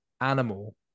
animal